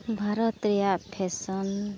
ᱵᱷᱟᱨᱚᱛ ᱨᱮᱭᱟᱜ ᱯᱷᱮᱥᱚᱱ